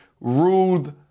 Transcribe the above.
ruled